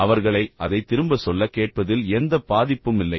அவர்களை அதை திரும்பச் சொல்ல கேட்பதில் எந்தப் பாதிப்பும் இல்லை